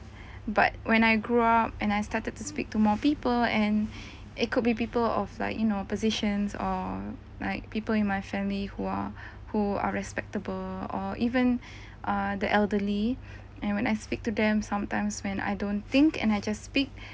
but when I grew up and I started to speak to more people and it could be people of like you know positions or like people in my family who are who are respectable or even uh the elderly and when I speak to them sometimes when I don't think and I just speak